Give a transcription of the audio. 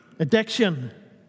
Addiction